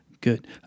good